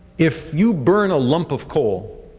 if you burn a lump of coal